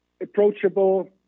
approachable